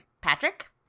Patrick